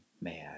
mad